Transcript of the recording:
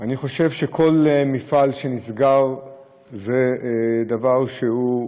אני חושב שכל מפעל שנסגר זה דבר כואב.